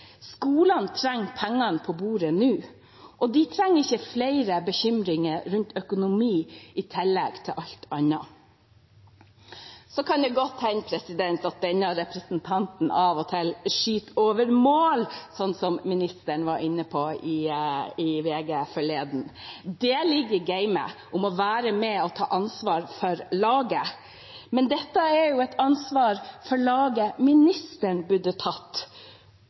trenger ikke flere bekymringer rundt økonomi i tillegg til alt annet. Så kan det godt hende at denne representanten av og til skyter over mål, slik som ministeren var inne på i VG forleden. Det ligger i gamet om å være med og ta ansvar for laget, men dette er jo et ansvar for laget som ministeren burde tatt.